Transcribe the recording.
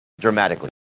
Dramatically